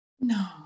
No